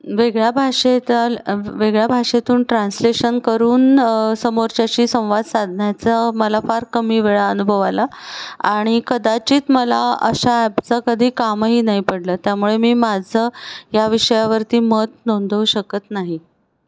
वेगळ्या भाषेतल वेगळ्या भाषेतून ट्रान्सलेशन करून समोरच्याशी संवाद साधण्याचं मला फार कमी वेळा अनुभव आला आणि कदाचित मला अशा ॲपचं कधी कामंही नाही पडलं त्यामुळे मी माझं ह्या विषयावरती मत नोंदवू शकत नाही